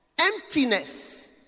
emptiness